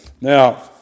Now